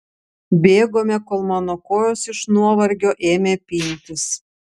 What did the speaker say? bėgome kol mano kojos iš nuovargio ėmė pintis